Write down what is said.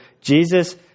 Jesus